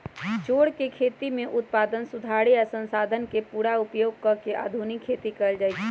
चौर के खेती में उत्पादन सुधारे आ संसाधन के पुरा उपयोग क के आधुनिक खेती कएल जाए छै